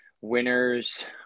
winners